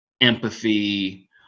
empathy